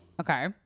okay